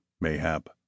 mayhap